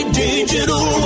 digital